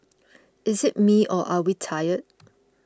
is it me or are we tired